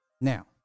Now